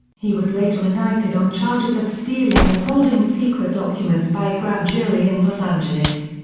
he was later indicted on charges of stealing and holding secret documents by a grand jury in los angeles.